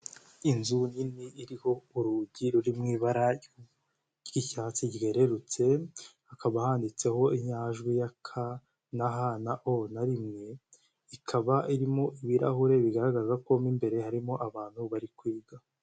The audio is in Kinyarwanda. Inzu nini iriho urugi ruri mu ibara ry'icyatsi ryererutse, hakaba handitseho inyajwi ya k na h na o na rimwe, ikaba irimo ibirahure bigaragaza ko mo imbere harimo abantu bari kwiga.